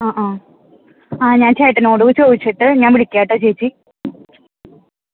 ആ ആ ആ ഞാൻ ചേട്ടനോട് ചോദിച്ചിട്ട് ഞാൻ വിളിക്കാം കേട്ടോ ചേച്ചി